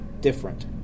different